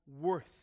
worth